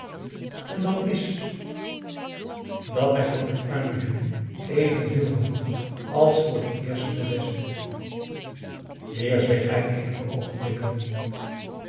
en dat is dat hij voor mijn arme julie evenveel gevoelt als voor de eerste de beste weer zweeg hij eenige